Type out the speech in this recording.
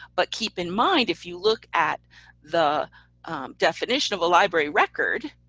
but keep in mind, if you look at the definition of a library record,